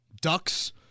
ducks